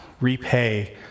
repay